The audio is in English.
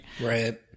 Right